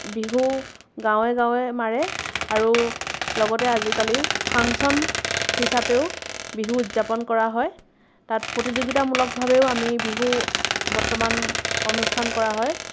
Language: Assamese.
বিহু গাঁৱে গাঁৱে মাৰে আৰু লগতে আজিকালি ফাংচন হিচাপেও বিহু উদযাপন কৰা হয় তাত প্ৰতিযোগিতামূলকভাৱেও আমি বিহু বৰ্তমান অনুষ্ঠান কৰা হয়